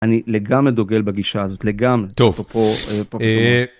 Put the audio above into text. אני לגמרי דוגל בגישה הזאת, לגמרי. טוב.